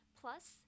plus